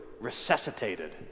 resuscitated